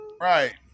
right